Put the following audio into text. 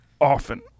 often